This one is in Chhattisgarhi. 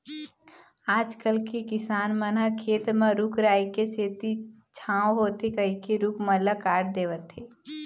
आजकल के किसान मन ह खेत म रूख राई के सेती छांव होथे कहिके रूख मन ल काट देवत हें